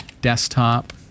desktop